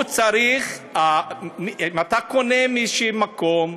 אם אתה קונה מאיזה מקום,